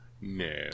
no